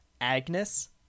Agnes